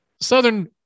Southern